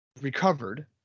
Recovered